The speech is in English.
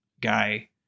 guy